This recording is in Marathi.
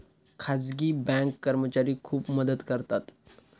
खाजगी बँक कर्मचारी खूप मदत करतात